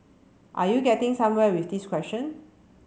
are you getting somewhere with this question